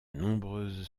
nombreuses